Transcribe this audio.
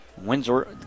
Windsor